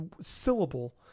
syllable